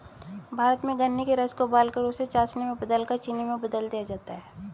भारत में गन्ने के रस को उबालकर उसे चासनी में बदलकर चीनी में बदल दिया जाता है